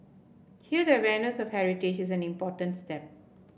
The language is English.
here the awareness of heritage is an important step